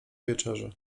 wieczerzy